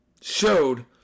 showed